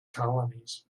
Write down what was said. colonies